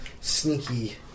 sneaky